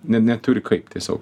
ne neturi kaip tiesiog